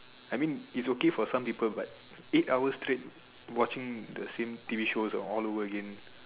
I mean its okay for some people but eight hours straight watching the same T_V shows all over again